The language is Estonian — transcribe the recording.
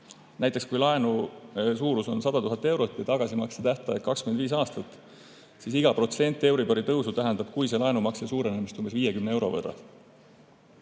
Näiteks kui laenu suurus on 100 000 eurot ja tagasimakse tähtaeg 25 aastat, siis iga protsent euribori tõusu tähendab kuise laenumakse suurenemist umbes 50 euro võrra.